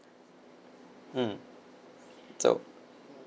mm so